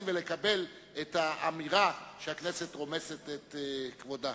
ולקבל את האמירה שהכנסת רומסת את כבודה.